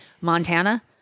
Montana